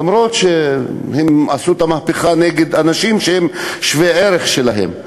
אף שהם עשו את המהפכה נגד אנשים שהם שווי-ערך להם.